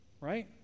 Right